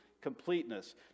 completeness